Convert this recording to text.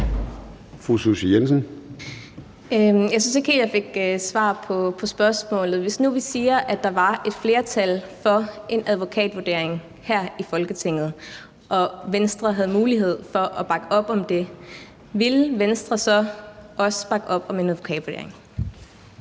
Jeg synes ikke helt, at jeg fik svar på spørgsmålet. Hvis nu vi siger, at der var et flertal for en advokatvurdering her i Folketinget, og hvis Venstre havde mulighed for at bakke op om det, ville Venstre så også bakke op om en advokatvurdering?